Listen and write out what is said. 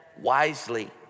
wisely